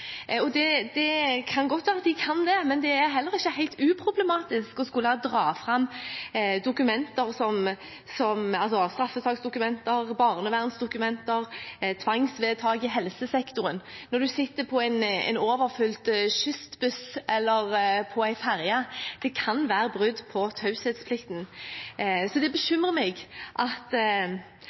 Det kan godt være at de kan det, men det er heller ikke helt uproblematisk å dra fram straffesaksdokumenter, barnevernsdokumenter og tvangsvedtak i helsesektoren når man sitter på en overfylt kystbuss eller på en ferge. Det kan være brudd på taushetsplikten. Så det bekymrer meg at